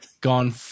gone